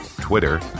Twitter